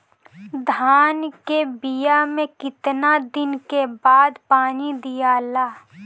धान के बिया मे कितना दिन के बाद पानी दियाला?